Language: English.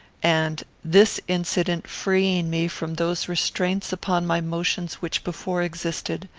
and, this incident freeing me from those restraints upon my motions which before existed,